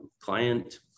client